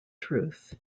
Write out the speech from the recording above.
truth